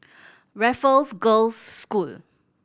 Raffles Girls' School